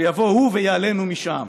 "שיבוא הוא ויעלנו משם.